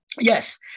Yes